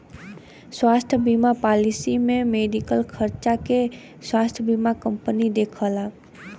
स्वास्थ्य बीमा पॉलिसी में मेडिकल खर्चा के स्वास्थ्य बीमा कंपनी देखला